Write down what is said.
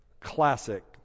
Classic